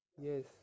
Yes